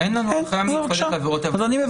חלה רק על סיטואציה של אחראי שאיננו